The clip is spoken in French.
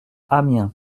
amiens